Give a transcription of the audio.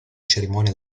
cerimonia